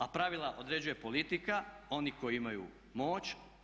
A pravila određuje politika, oni koji imaju moć.